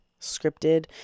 scripted